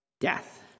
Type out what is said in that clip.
death